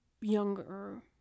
younger